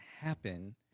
happen